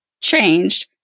changed